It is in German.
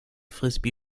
frisbee